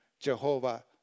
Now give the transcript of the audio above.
Jehovah